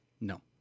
No